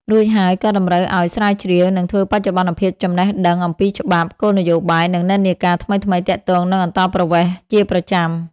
រួចហើយក៏តម្រូវឱ្យ ស្រាវជ្រាវ និងធ្វើបច្ចុប្បន្នភាពចំណេះដឹងអំពីច្បាប់ គោលនយោបាយ និងនិន្នាការថ្មីៗទាក់ទងនឹងអន្តោប្រវេសន៍ជាប្រចាំ។